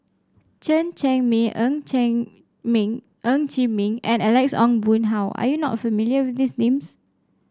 Chen Cheng Mei Ng Chee Meng Ng Chee Meng and Alex Ong Boon Hau are you not familiar with these names